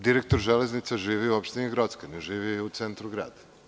Direktor „Železnica“ živi u opštini Grocka, ne živi u centru grada.